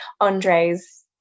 Andre's